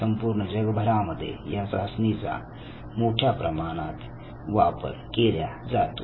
संपूर्ण जगभरामध्ये या चाचणीचा मोठ्या प्रमाणात वापर केल्या जातो